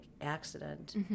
accident